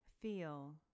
Feel